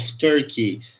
Turkey